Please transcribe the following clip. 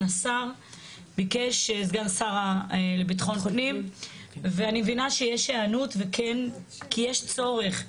השר לבט"פ ביקש ואני מבינה שיש היענות כי יש צורך.